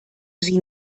sie